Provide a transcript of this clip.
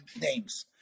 names